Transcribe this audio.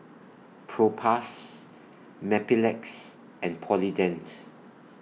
Propass Mepilex and Polident